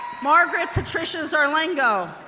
margaret patricia zarlengo,